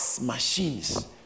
machines